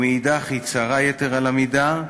ומצד שני היא צרה יתר על המידה,